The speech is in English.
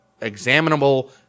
Examinable